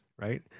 right